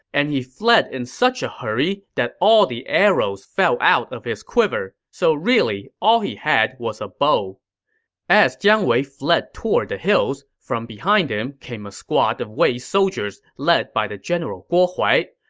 and he fled in such a hurry that all the arrows fell out of his quiver, so really, all he had was a bow as jiang wei fled toward the hills, from behind came a squad of wei soldiers led by the general guo huai.